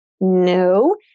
No